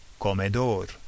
comedor